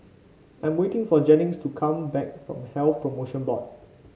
I am waiting for Jennings to come back from Health Promotion Board